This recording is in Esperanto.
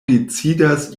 decidas